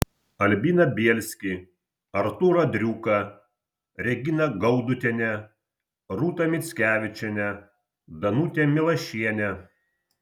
albiną bielskį artūrą driuką reginą gaudutienę rūtą mickevičienę danutę milašienę